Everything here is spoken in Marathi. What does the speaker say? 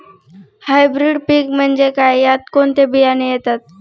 हायब्रीड पीक म्हणजे काय? यात कोणते बियाणे येतात?